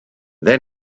then